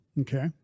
Okay